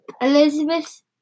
Elizabeth